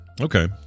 okay